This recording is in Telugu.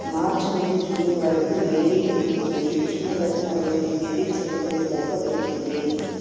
మార్చ్ నుండి జూన్ వరకు వేడి ఉంటుంది ఉష్ణోగ్రత నలభై ఐదు డిగ్రీలు సెంటిగ్రేడ్ దాకా పెరుగుతుంది